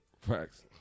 Facts